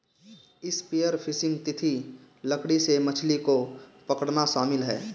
spear fishing तीखी लकड़ी से मछली को पकड़ना शामिल है